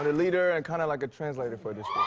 and leader and kind of like a translator for this